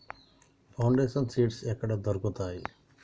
Foundation seeds ఎక్కడ దొరుకుతాయి?